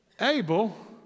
Abel